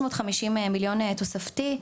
כ-350 מיליוני שקלים תוספתי,